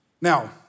Now